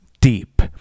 Deep